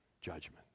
judgment